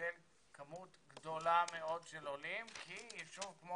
של כמות גדולה מאוד של עולים כי ישוב כמו